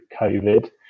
covid